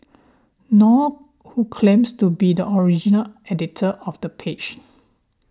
nor who claims to be the original editor of the page